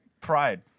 Pride